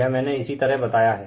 यह मैने इसी तरह बताया हैं